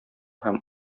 һәм